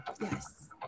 Yes